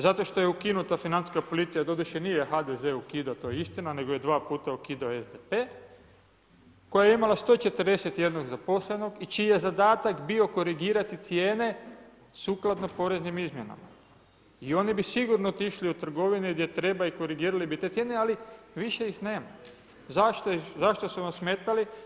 Zato što je ukinuta financijska policija, doduše nije HDZ ukidao, to je istina, nego je dva puta ukidao SDP koja je imala 141 zaposlenog i čiji je zadatak bio korigirati cijene sukladno poreznim izmjenama i oni bi sigurno otišli u trgovine i gdje treba i korigirali bi te cijene, ali više ih nema. zašto su vam smetali?